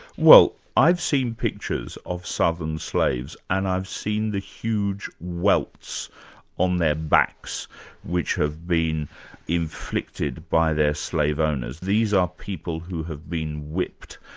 well, i've seen pictures of southern slaves and i've seen the huge welts on their backs which have been inflicted by their slave owners. these are people who have been whipped,